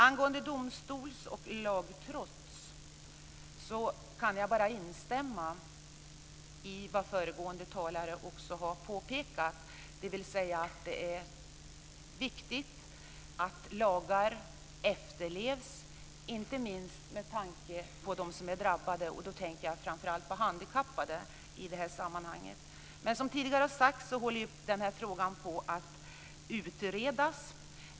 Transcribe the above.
Angående domstols och lagtrots kan jag bara instämma i vad föregående talare har påpekat: Det är viktigt att lagar efterlevs, inte minst med tanke på dem som är drabbade. Jag tänker i det här sammanhanget framför allt på handikappade. Som tidigare sagts håller den här frågan på att utredas.